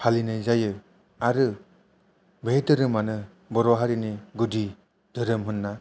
फालिनाय जायो आरो बे धोरोमानो बर' हारिनि गुदि धोरोम होन्ना